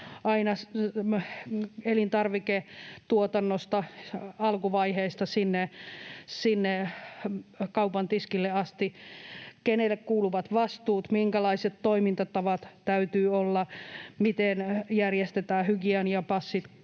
aina elintarviketuotannon alkuvaiheista sinne kaupan tiskille asti, kenelle kuuluvat vastuut, minkälaiset toimintatavat täytyy olla, miten järjestetään hygieniapassi,